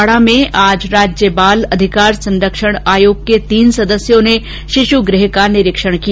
बांसवाड़ा में आज राज्य बाल अधिकार संरक्षण आयोग के तीन सदस्यों ने शिश् गृह का निरीक्षण किया